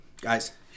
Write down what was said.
Guys